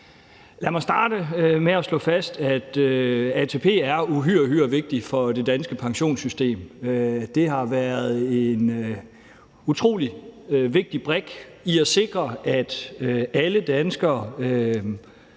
Lad mig starte med at slå fast, at ATP er uhyre, uhyre vigtig for det danske pensionssystem. Det har været en utrolig vigtig brik i at sikre, at alle danskere